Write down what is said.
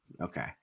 Okay